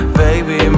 baby